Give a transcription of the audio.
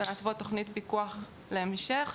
להתוות תכנית פיקוח להמשך,